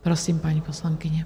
Prosím, paní poslankyně.